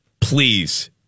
please